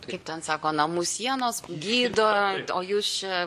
kaip ten sako namų sienos gydo o jūs čia